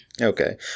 okay